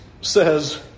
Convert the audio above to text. says